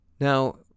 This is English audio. Now